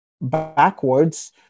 backwards